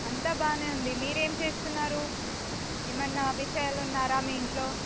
అంతా బాగా ఉంది మీరు ఏమి చేస్తున్నారు ఏమన్న విషయాలు ఉన్నారా మీ ఇంట్లో